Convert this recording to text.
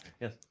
Yes